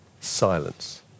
Silence